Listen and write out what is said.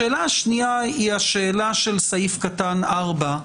השאלה השנייה, השאלה של סעיף (4)